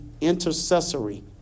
intercessory